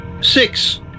six